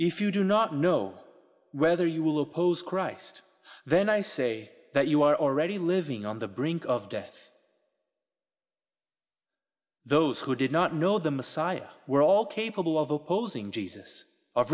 if you do not know whether you will oppose christ then i say that you are already living on the brink of death those who did not know the messiah were all capable of opposing jesus of